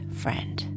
friend